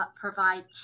provide